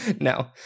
no